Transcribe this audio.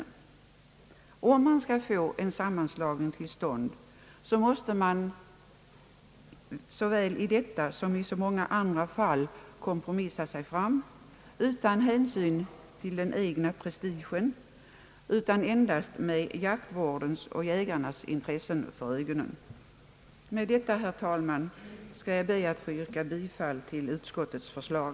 Men om man skall få en samman slagning till stånd måste man såväl i detta som i så många andra fall kompromissa sig fram utan hänsyn till den egna prestigen och med endast jaktvårdens och jägarnas intresse för ögonen. Med det anförda, herr talman, ber jag att få yrka bifall till utskottets förslag.